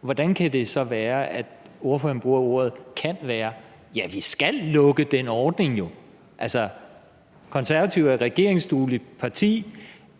Hvordan kan det så være, at ordføreren bruger formuleringen kan være? Vi skal jo lukke den ordning. Altså, Konservative er et regeringsdueligt parti.